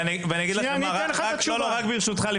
ברשותך,